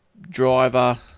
driver